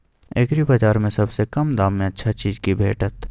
एग्रीबाजार में सबसे कम दाम में अच्छा चीज की भेटत?